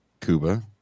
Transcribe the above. Cuba